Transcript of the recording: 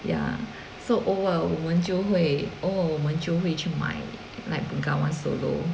ya so 偶尔我们就会偶尔我们就会去买 like Bengawan Solo